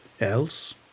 Else